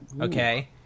Okay